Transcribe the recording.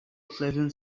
pleasant